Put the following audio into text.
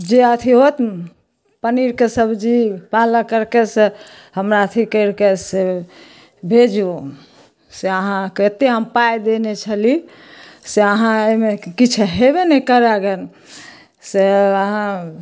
जे अथी होत नऽ पनीरके सब्जी पालक आरके से हमरा अथी कैरके से भेजू से आहाँ केत्ते हम पाइ देने छली से आहाँ एहिमे किछु हेबे नहि करय गन से आहाँ